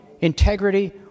integrity